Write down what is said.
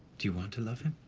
do you want to love him?